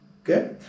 Okay